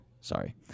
Sorry